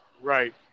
Right